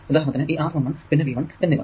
ഉദാഹരണത്തിന് ഈ R11 പിന്നെ V1 എന്നിവ